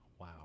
Wow